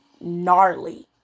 gnarly